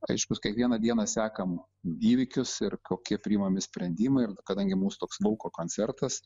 aiškus kiekvieną dieną sekam įvykius ir kokie priimami sprendimai ir kadangi mūsų toks lauko koncertas